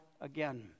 again